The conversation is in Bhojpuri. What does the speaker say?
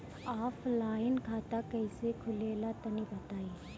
ऑफलाइन खाता कइसे खुलेला तनि बताईं?